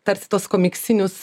tarsi tuos komiksinius